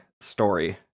story